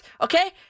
okay